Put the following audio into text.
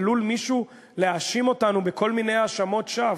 עלול מישהו להאשים אותנו בכל מיני האשמות שווא,